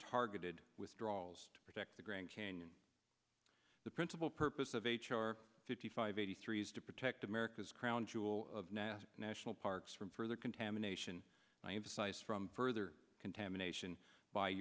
targeted withdrawals to protect the grand canyon the principal purpose of h r fifty five eighty three is to protect america's crown jewel of nasa national parks from further contamination i emphasize from further contamination b